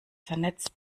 vernetzt